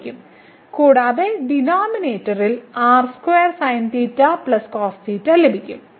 ലഭിക്കും കൂടാതെ ഡിനോമിനേറ്ററിൽ നമുക്ക് ലഭിക്കും